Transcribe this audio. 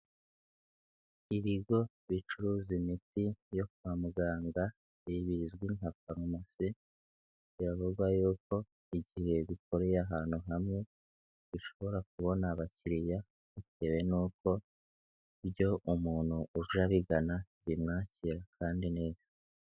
Ibigo bicuruza imiti yo kwa muganga bizwi nka farumasi biravugwa yuko igihe bikoreye ahantu hamwe bishobora kubona abakiriya bitewe n'uko iyo umuntu uje abigana bimwakira kandi neza.